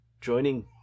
joining